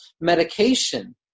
medication